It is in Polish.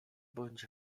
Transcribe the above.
bądź